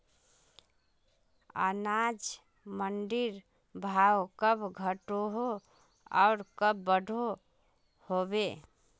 अनाज मंडीर भाव कब घटोहो आर कब बढ़ो होबे?